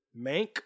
Mank